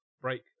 break